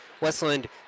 Westland